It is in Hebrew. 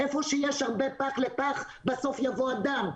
איפה שיש הרבה פח לפח בסוף יבוא אדם,